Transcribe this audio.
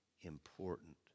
important